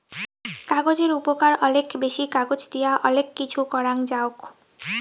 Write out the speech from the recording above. কাগজের উপকার অলেক বেশি, কাগজ দিয়া অলেক কিছু করাং যাওক